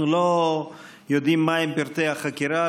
אנחנו לא יודעים מהם פרטי החקירה,